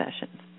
sessions